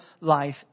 life